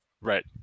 Right